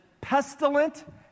pestilent